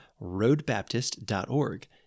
roadbaptist.org